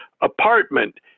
apartment